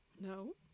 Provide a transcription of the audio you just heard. No